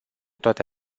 toate